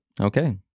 Okay